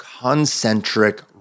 concentric